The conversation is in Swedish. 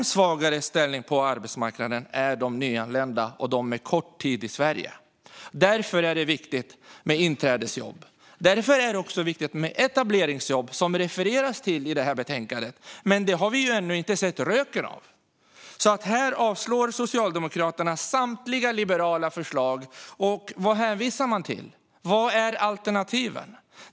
Än svagare ställning på arbetsmarknaden har de nyanlända och de som har varit kort tid i Sverige. Därför är det viktigt med inträdesjobb. Därför är det också viktigt med etableringsjobb, som det refereras till i detta betänkande. Men det har vi ännu inte sett röken av. Socialdemokraterna avstyrker samtliga liberala förslag. Vad hänvisar de till? Vad är alternativen?